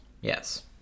Yes